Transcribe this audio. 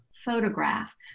photograph